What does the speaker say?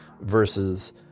versus